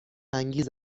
انگیز